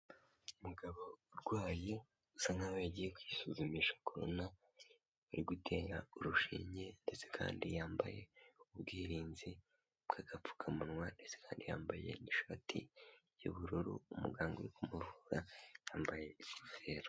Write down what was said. Umugabo urwaye, usa nkaho yagiye kwisuzumisha corona, bari gutera urushinge, ndetse kandi yambaye ubwirinzi bw'agapfukamunwa, ndetse kandi yambaye ishati y'ubururu, umuganga uri kumuvura yambaye ingofero.